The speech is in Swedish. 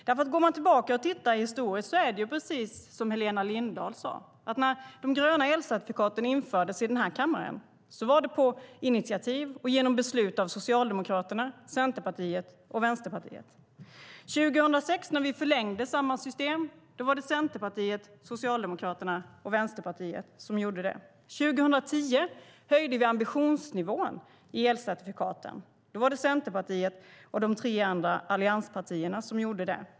Går man tillbaka och tittar historiskt är det precis som Helena Lindahl sade, nämligen att när de gröna elcertifikaten infördes i denna kammare var det på initiativ och genom beslut av Socialdemokraterna, Centerpartiet och Vänsterpartiet. När vi 2006 förlängde samma system var det Centerpartiet, Socialdemokraterna och Vänsterpartiet som gjorde det. 2010 höjde vi ambitionsnivån i elcertifikaten. Då var det Centerpartiet och de övriga tre allianspartier som gjorde det.